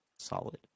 solid